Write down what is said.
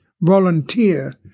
volunteer